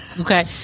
Okay